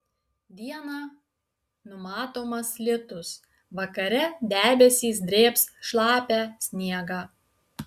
dieną numatomas lietus vakare debesys drėbs šlapią sniegą